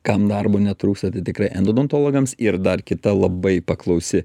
kam darbo netrūksta tikrai endodontologams ir dar kita labai paklausi